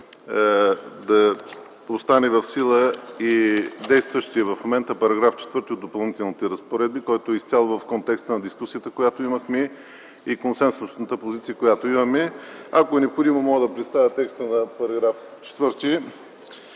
да остане в сила и действащият в момента § 4 от Допълнителните разпоредби, който е изцяло в контекста на дискусията и консенсусната позиция, която имаме. Ако е необходимо мога да представя текста на § 4